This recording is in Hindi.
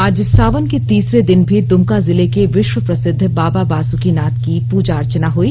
आज सावन के तीसरे दिन भी दुमका जिले के विश्व प्रसिद्ध बाबा बासुकीनाथ की पूजा अर्चना हुई